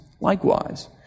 likewise